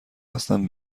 هستم